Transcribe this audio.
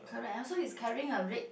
correct also he's carrying a red